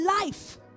life